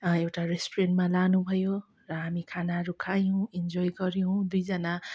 ह एउटा रेस्टुरेन्टमा लानुभयो र हामी खानाहरू खायौँ इन्जोय गऱ्यौँ दुईजना